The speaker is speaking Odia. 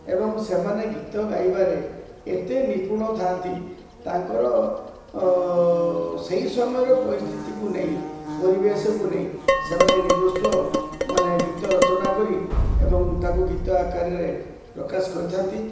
ଏବଂ ସେମାନେ ଗୀତ ଗାଇବାରେ ଏତେ ନିପୁଣ ଥାଆନ୍ତି ତାଙ୍କର ସେହି ସମୟର ପରିସ୍ଥିତିକୁ ନେଇ ପରିବେଶକୁ ନେଇ ସେମାନେ ନିଜସ୍ୱ ମାନେ ଗୀତ ରଚନା କରି ଏବଂ ତାକୁ ଗୀତ ଆକାରରେ ପ୍ରକାଶ କରିଥାନ୍ତି